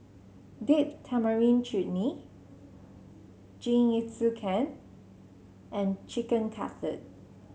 Date Tamarind Chutney Jingisukan and Chicken Cutlet